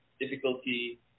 difficulty